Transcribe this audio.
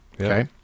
okay